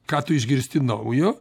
ką tu išgirsti naujo